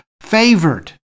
favored